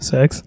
Sex